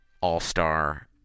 all-star